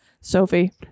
Sophie